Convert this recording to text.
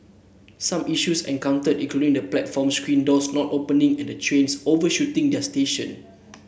some issues encountered included the platform screen doors not opening and trains overshooting their station